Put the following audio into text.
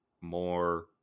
more